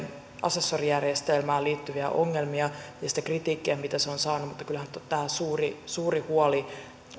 asessorijärjestelmään liittyviä ongelmia ja sitä kritiikkiä mitä se on saanut mutta kyllähän suuri huoli